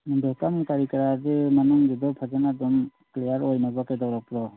ꯕꯦꯀꯝ ꯀꯔꯤ ꯀꯔꯥꯁꯦ ꯃꯃꯥꯡꯒꯤꯗꯣ ꯐꯖꯅ ꯑꯗꯨꯝ ꯀ꯭ꯂꯤꯌꯥꯔ ꯑꯣꯏꯅꯕ ꯀꯩꯗꯧꯔꯛꯄ꯭ꯔꯣ